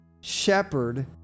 shepherd